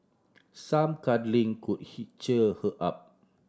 some cuddling could he cheer her up